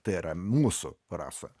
tai yra mūsų rasa